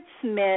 Smith